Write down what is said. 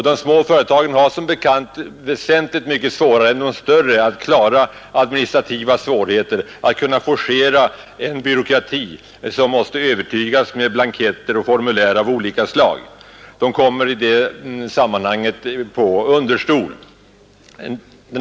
De små företagen har som bekant väsentligt mycket svårare än större att klara administrativa problem och forcera en byråkrati som måste övertygas med blanketter och formulär av olika slag. De kommer i det sammanhanget på understol.